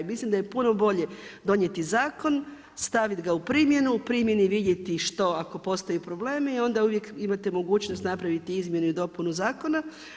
Mislim da je puno bolje donijeti zakon, staviti ga u primjenu, u primjeni vidjeti što ako postoje problemi i onda uvijek imate mogućnost napraviti i izmjenu i dopunu zakona.